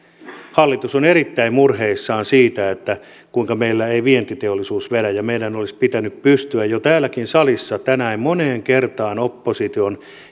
hallitus on erittäin murheissaan siitä kuinka meillä ei vientiteollisuus vedä ja meidän olisi pitänyt jo täälläkin salissa tänään moneen kertaan opposition